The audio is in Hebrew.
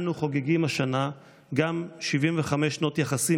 אנו חוגגים השנה גם 75 שנות יחסים